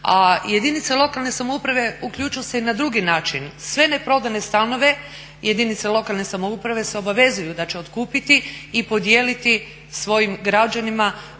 jedinice lokalne samouprave uključe se i na drugi način, sve neprodane stanove jedinice lokalne samouprave se obavezuju da će otkupiti i podijeliti svojim građanima,